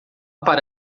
para